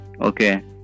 Okay